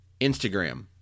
Instagram